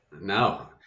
No